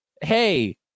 Hey